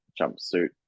jumpsuit